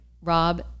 rob